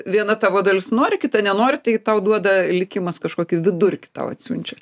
viena tavo dalis nori kita nenori tai tau duoda likimas kažkokį vidurkį tau atsiunčia